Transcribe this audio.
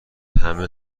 همه